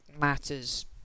matters